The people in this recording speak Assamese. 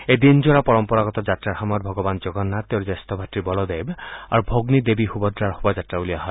এই দিনজোৰা পৰম্পৰাগত যাত্ৰাৰ সময়ত ভগৱান জগন্নাথ তেওঁৰ জ্যেষ্ঠ ভাতৃ বলদেৱ আৰু ভগ্নী দেৱী সুভদ্ৰাৰ শোভাযাত্ৰা উলিওৱা হয়